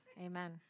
Amen